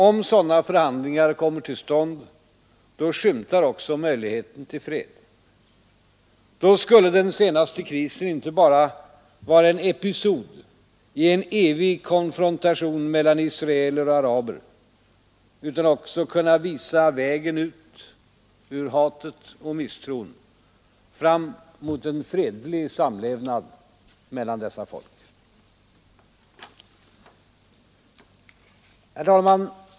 Om sådana förhandlingar kommer till stånd, då skymtar också möjligheten till fred. Då skulle den senaste krisen inte bara vara en episod i en evig konfrontation mellan israeler och araber utan också kunna visa vägen ut ur hatet och misstron fram mot en fredlig samlevnad mellan dessa folk. Herr talman!